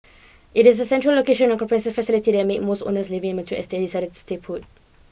it is the central location and comprehensive facilities that make most owners living in mature estates decide to stay put